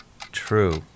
True